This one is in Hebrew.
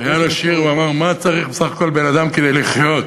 בשיר הוא אמר: "מה צריך בסך הכול בן-אדם כדי לחיות?